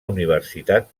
universitat